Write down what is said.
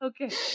Okay